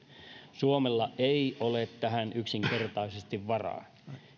suomella ei ole tähän yksinkertaisesti varaa